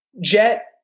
jet